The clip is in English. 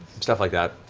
stuff like that.